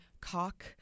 cock